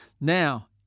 Now